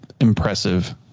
impressive